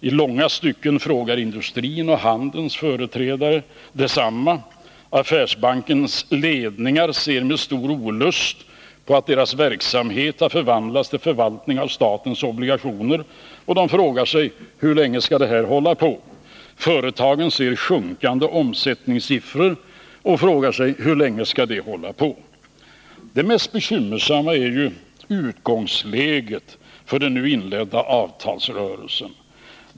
I långa stycken frågar industrins och handelns företrädare detsamma. Affärsbankernas ledningar ser med stor olust på att deras verksamhet har förvandlats till förvaltning av statens Nr 30 obligationer, och de frågar sig: Hur länge skall det hålla på? Företagen ser sjunkande omsättningssiffror och ställer samma fråga. Det mest bekymmersamma är utgångsläget för den nu inledda avtalsrörelsen.